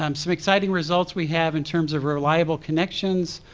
um some exciting results we have in terms of reliable connections,